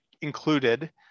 included